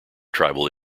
tribal